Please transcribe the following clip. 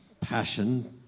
passion